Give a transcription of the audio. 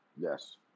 Yes